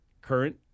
Current